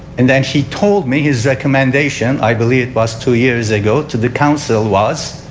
and then he told me his recommendation i believe was two years ago to the council was,